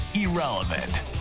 irrelevant